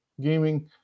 Gaming